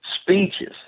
speeches